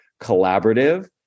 collaborative